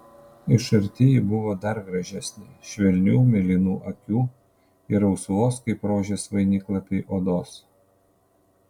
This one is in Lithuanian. iš arti ji buvo dar gražesnė švelnių mėlynų akių ir rausvos kaip rožės vainiklapiai odos